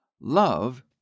love